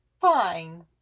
fine